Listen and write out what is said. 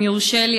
אם יורשה לי,